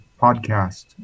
podcast